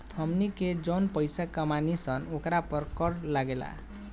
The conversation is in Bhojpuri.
हमनी के जौन पइसा कमानी सन ओकरा पर कर लागेला